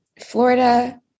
Florida